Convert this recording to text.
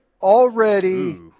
already